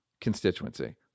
constituency